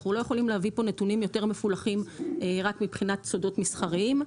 אנחנו לא יכולים להביא פה נתונים יותר מפולחים רק מבחינת סודות מסחריים.